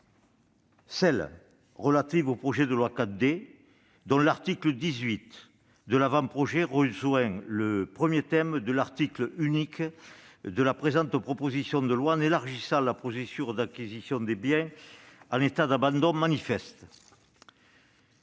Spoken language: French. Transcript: sera relative au projet de loi dit 4D, puisque l'article 18 de son avant-projet rejoint le premier thème de l'article unique de la présente proposition de loi en élargissant la procédure d'acquisition des biens en état d'abandon manifeste